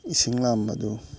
ꯏꯁꯤꯡ ꯂꯥꯝꯕꯗꯨ